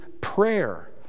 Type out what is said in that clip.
prayer